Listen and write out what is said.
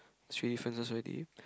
should we find some